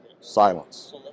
Silence